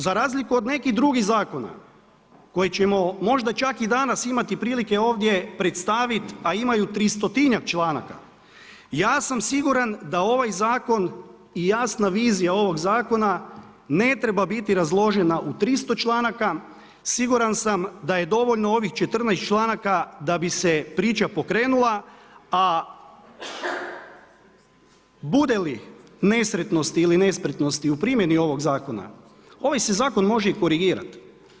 Za razliku od nekih drugih zakona, koje ćemo možda čak i danas imati prilike ovdje predstaviti, a imaju 300 članaka, ja sam siguran, da ovaj zakon, i jasna vizija ovog zakona, ne treba biti razložena u 300 članaka, siguran sam da je dovoljno ovih 14 članaka, da bi se priča pokrenula, a bude li nesretnosti ili nespretnosti u prijemni ovog zakona, ovaj se zakon može i korigirati.